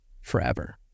forever